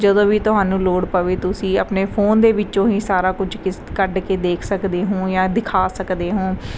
ਜਦੋਂ ਵੀ ਤਹਾਨੂੰ ਲੋੜ ਪਵੇ ਤੁਸੀਂ ਆਪਣੇ ਫੋਨ ਦੇ ਵਿੱਚੋਂ ਹੀ ਸਾਰਾ ਕੁਝ ਕਿਸ ਕੱਢ ਕੇ ਦੇਖ ਸਕਦੇ ਹੋ ਜਾਂ ਦਿਖਾ ਸਕਦੇ ਹੋ